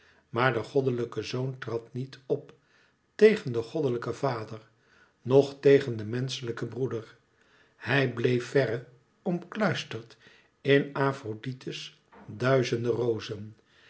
maar de goddelijke zoon trad niet op tegen den goddelijken vader noch tegen den menschelijken broeder hij bleef verre omkluisterd in afrodite's duizende rozen